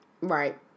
right